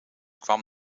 kwam